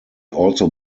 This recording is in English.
also